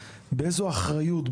באיזו אחריות,